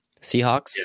Seahawks